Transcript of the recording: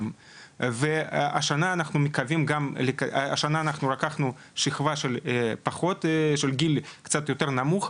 השנה אנחנו לקחנו שכבת גיל יותר נמוכה,